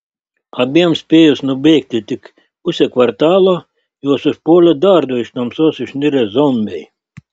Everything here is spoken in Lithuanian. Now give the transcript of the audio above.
abiem spėjus nubėgti tik pusę kvartalo juos užpuolė dar du iš tamsos išnirę zombiai